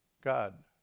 God